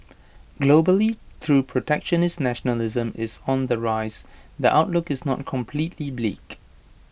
globally through protectionist nationalism is on the rise the outlook is not completely bleak